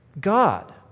God